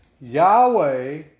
Yahweh